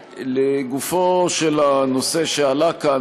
לגופו של הנושא שעלה כאן,